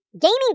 gaming